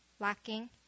lacking